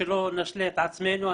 שלא נשלה את עצמנו,